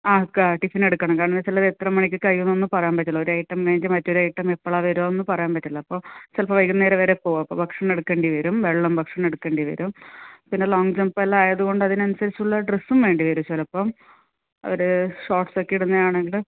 ആ കാ ടിഫിൻ എടുക്കണം കാരണമെന്ന് വെച്ചാൽ അതെത്ര മണിക്ക് കഴിയുമെന്നൊന്നും പറയാൻ പറ്റില്ല ഒരു ഐറ്റം കഴിഞ്ഞ് മറ്റൊരു ഐറ്റം എപ്പോഴാണ് വരുക എന്ന് പറയാൻ പറ്റില്ല അപ്പോൾ ചിലപ്പോൾ വൈകുന്നേരം വരെ പോകും അപ്പം ഭക്ഷണം എടുക്കേണ്ടി വരും വെള്ളം ഭക്ഷണം എടുക്കേണ്ടി വരും പിന്നെ ലോങ്ങ് ജമ്പ് എല്ലാം ആയത് കൊണ്ട് അതിനനുസരിച്ചുള്ള ഡ്രസ്സും വേണ്ടി വരും ചിലപ്പം ഒരു ഷോർട്ട്സ് ഒക്കെ ഇടുന്നതാണെങ്കിൽ